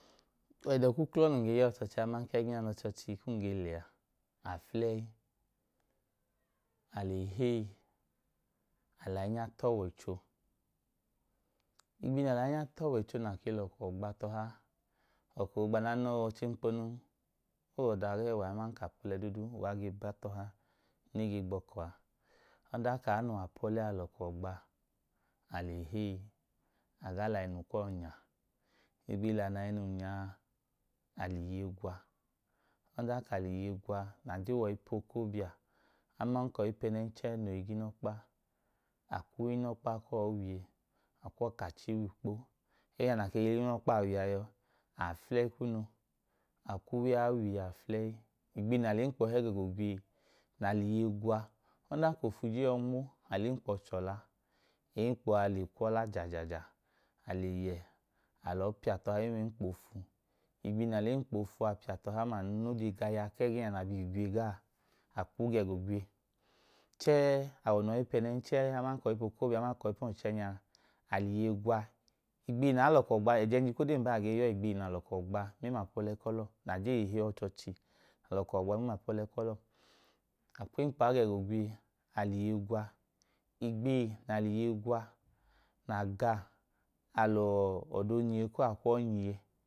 Ẹdo k’uklọ nun ge ya ọchọchi ama kẹ ẹgẹnya n’ọchọọchi kum ge leyə afulei alehei alanya t’ọwọicho, igbihi na lainya t’ọwọicho na ke lọkọ gbatọha, ọkọogba nana a owọchẹẹnkponum oọda gẹwa aman apọlẹ dudu, uwa ge batọha nege gbọkọ a aidakaano wapolẹ a lꞌọkọ gba a le hei agaa lainu kuwọ nya igbihi na l’anu nyaa aliye gwa adan ka l’iye gwa najewoip’ okobia aman ọyipẹ nẹnchẹ noi giinọkpa, akwu wi nọkpa kuwọi wiye akwọ kachii wikpo ẹgẹnya na keyi luw’inokpaa wiye yọọ afuleyi kumu a kwuw’ inokpaa wiye afuleyi. Igbihi na l’ẹnkp hẹ g ẹgo gwiye na liye gwa ọnan k’ofu je yọ nmo a lẹnkpọ chọla ẹẹnkpọ lekwola jajaja aleyẹ alọọ piy t’oha mẹml’ ẹnkpofu igbihi na lẹnkofu a piatọha mlanu no de gaya kẹgẹẹ nai gwiye gaa akuu g’ago gwiye chẹẹ awọno wọipe nẹnẹchẹ aman kọipokobia aman koiponchonya aliye gwa ẹjẹnji kodenya mbaa agee yọọ igbihi na l’ọkọ gba mẹm’apọlẹ kọlọ najei hei ọchọọchi alọkọ gba mẹmꞌapọlẹ kọlọ, akwẹnkpọa gẹgo gwiye, aliye gwa igbihi na liye giwa naa ga ọdo nyi ye kuwọ a kwọ nyiye.